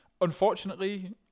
Unfortunately